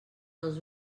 els